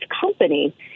company